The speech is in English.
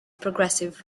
progressive